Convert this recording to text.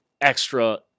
extra